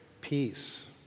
peace